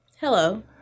hello